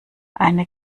eine